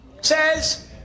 says